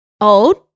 old